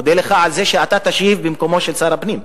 מודה לך על זה שתשיב במקומו של שר הפנים.